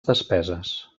despeses